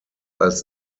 als